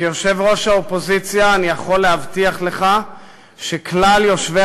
כיושב-ראש האופוזיציה אני יכול להבטיח לך שכלל יושבי